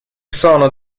sono